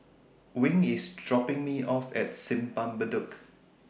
Wing IS dropping Me off At Simpang Bedok